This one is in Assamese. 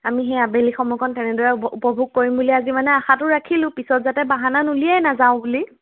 আমি সেই আবেলি সময়কন তেনেদৰে উপ উপভোগ কৰিম বুলি আজি মানে আশাটো ৰাখিলোঁ পিছত যাতে বাহানা নুলিয়াই নাযাওঁ বুলি